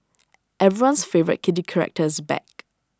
everyone's favourite kitty character is back